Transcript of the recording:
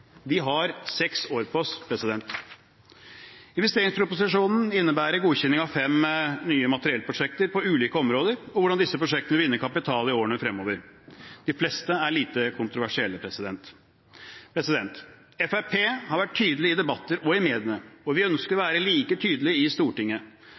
har seks år på oss. Investeringsproposisjonen innebærer godkjenning av fem nye materiellprosjekter på ulike områder og hvordan disse prosjektene vil vinne kapital i årene fremover. De fleste er lite kontroversielle. Fremskrittspartiet har vært tydelig i debatter og i mediene, og vi ønsker å